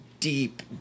deep